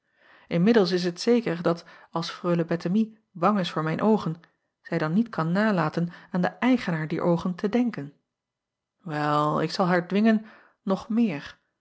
nmiddels is het zeker dat als reule ettemie bang is voor mijn oogen zij dan niet kan nalaten aan den eigenaar dier oogen te denken el ik zal haar dwingen nog meer